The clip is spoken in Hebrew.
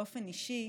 באופן אישי,